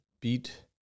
beat